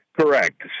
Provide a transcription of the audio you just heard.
Correct